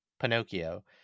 Pinocchio